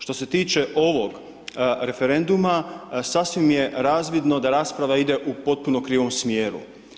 Što se tiče ovog referenduma, sasvim je razvidno da rasprava ide u potpunom krivom smjeru.